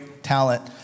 talent